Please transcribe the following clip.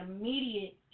immediate